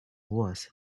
worse